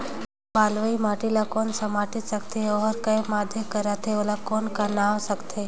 बलुही माटी ला कौन माटी सकथे अउ ओहार के माधेक राथे अउ ओला कौन का नाव सकथे?